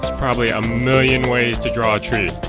probably a million ways to draw a tree